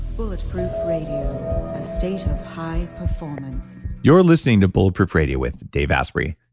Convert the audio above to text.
bulletproof radio, a state of high performance you're listening to bulletproof radio with dave asprey.